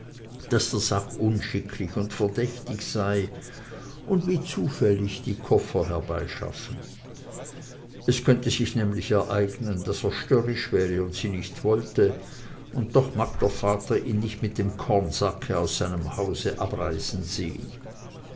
daß der sack un schicklich und verdächtig sei und wie zufällig die koffer herbeischaffen es könnte sich nämlich ereignen daß er störrisch wäre und sie nicht wollte und doch mag der vater ihn nicht mit dem kornsacke aus seinem hause abreisen sehen